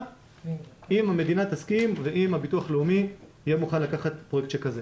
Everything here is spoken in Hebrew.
אם המדינה תסכים ואם הביטוח לאומי יהיה מוכן לקחת פרויקט שכזה.